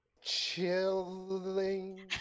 chilling